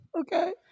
Okay